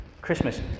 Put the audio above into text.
Christmas